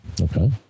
Okay